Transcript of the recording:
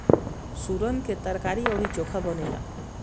सुरन के तरकारी अउरी चोखा बनेला